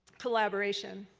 collaboration.